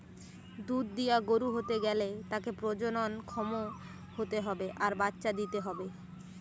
দুধ দিয়া গরু হতে গ্যালে তাকে প্রজনন ক্ষম হতে হবে আর বাচ্চা দিতে হবে